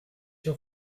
się